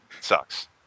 sucks